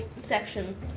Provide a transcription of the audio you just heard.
section